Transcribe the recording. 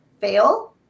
fail